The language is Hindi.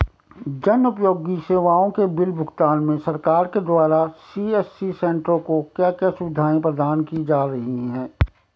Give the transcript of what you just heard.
जन उपयोगी सेवाओं के बिल भुगतान में सरकार के द्वारा सी.एस.सी सेंट्रो को क्या क्या सुविधाएं प्रदान की जा रही हैं?